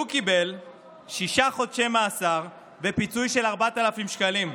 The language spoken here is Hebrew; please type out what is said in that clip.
הוא קיבל שישה חודשי מאסר ופיצוי של 4,000 שקלים.